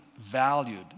valued